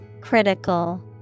Critical